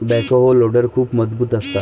backhoe loader खूप मजबूत असतात